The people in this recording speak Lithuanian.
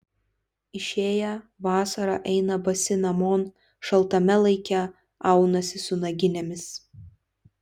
išėję vasarą eina basi namon šaltame laike aunasi su naginėmis